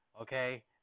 okay